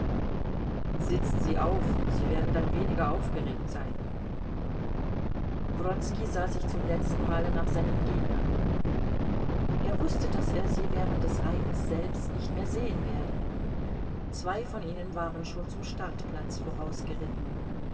sitzen sie auf sie werden dann weniger aufgeregt sein wronski sah sich zum letzten male nach seinen gegnern um er wußte daß er sie während des reitens selbst nicht mehr sehen werde zwei von ihnen waren schon zum startplatz